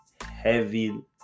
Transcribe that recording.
heavy